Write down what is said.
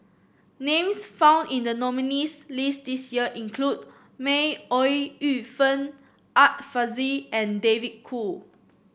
names found in the nominees' list this year include May Ooi Yu Fen Art Fazil and David Kwo